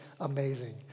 amazing